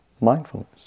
mindfulness